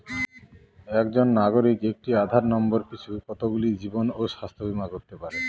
একজন নাগরিক একটি আধার নম্বর পিছু কতগুলি জীবন ও স্বাস্থ্য বীমা করতে পারে?